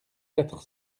quatre